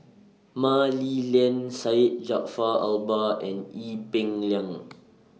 Mah Li Lian Syed Jaafar Albar and Ee Peng Liang